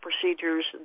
procedures